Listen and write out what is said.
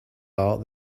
out